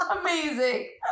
amazing